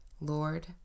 lord